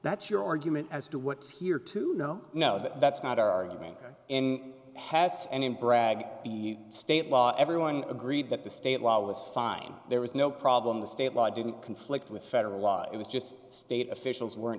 that's your argument as to what's here to no no that's not our argument in has and in bragg the state law everyone agreed that the state law was fine there was no problem the state law didn't conflict with federal law it was just state officials weren't